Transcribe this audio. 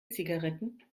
zigaretten